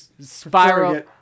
spiral